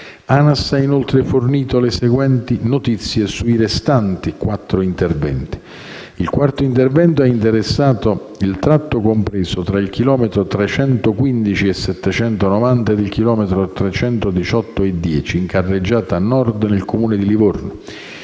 ANAS ha inoltre fornito le seguenti notizie sui restanti quattro interventi. Il quarto intervento ha interessato il tratto compreso tra il chilometro 315+790 e il chilometro 318+100, in carreggiata nord nel Comune di Livorno.